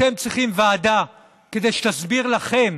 אתם צריכים ועדה כדי שתסביר לכם